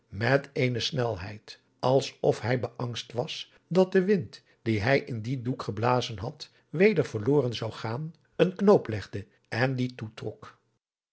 met eene snelheid als of hij beangst was dat de wind die hij in dien doek geblazen had weder verloren zou gaan een knoop legde en dien toetrok